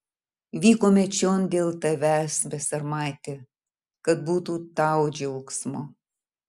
vykome čion dėl tavęs besarmati kad būtų tau džiaugsmo